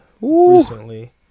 recently